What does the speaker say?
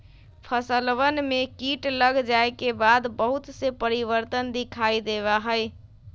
फसलवन में कीट लग जाये के बाद बहुत से परिवर्तन दिखाई देवा हई